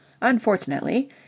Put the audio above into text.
Unfortunately